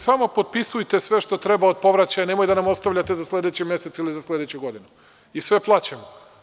Samo potpisujte sve što treba od povraćaja, nemojte da nam ostavljate za sledeći mesec ili za sledeću godinu i sve plaćamo.